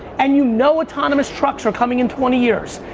and you know autonomous trucks are coming in twenty years.